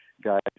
guys